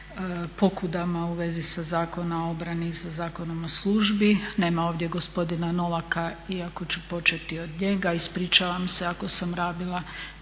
u vezi sa Zakonom o obrani i sa Zakonom o službi. Nema ovdje gospodina Novaka iako ću početi od njega. Ispričavam se ako sam rabila